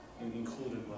Included